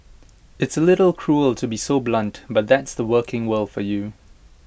it's A little cruel to be so blunt but that's the working world for you